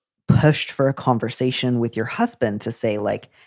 pushed for a conversation with your husband to say, like,